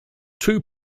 two